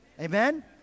Amen